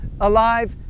alive